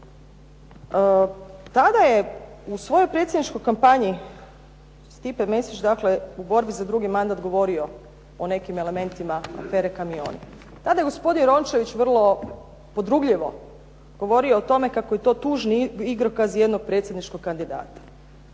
Tada je u svojoj predsjedničkoj kampanji Stipe Mesić u borbi za drugi mandat govorio o nekim elementima afere "Kamioni". Tada je gospodin Rončević vrlo podrugljivo govorio, kako je to tužni igrokaz jednog predsjedničkog kandidata.